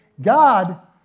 God